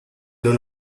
nur